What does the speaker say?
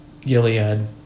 Gilead